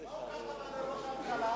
מה הוא כתב על ראש הממשלה?